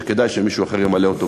וכדאי שמישהו אחר ימלא אותו,